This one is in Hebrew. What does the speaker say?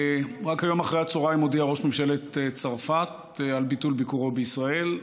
רק היום אחר הצוהריים הודיע ראש ממשלת צרפת על ביטול ביקורו בישראל.